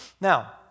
Now